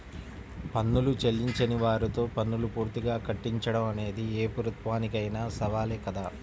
పన్నులు చెల్లించని వారితో పన్నులు పూర్తిగా కట్టించడం అనేది ఏ ప్రభుత్వానికైనా సవాలే కదా